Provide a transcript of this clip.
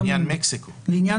לעניין מקסיקו?